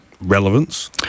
Relevance